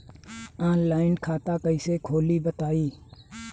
Online खाता कइसे खोली बताई?